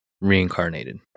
reincarnated